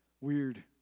weird